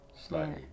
slightly